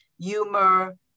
Humor